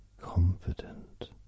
confident